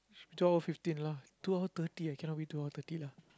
twelve fifteen lah twelve thirty cannot be twelve thirty lah